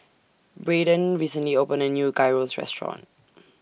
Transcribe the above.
Braeden recently opened A New Gyros Restaurant